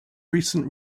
recent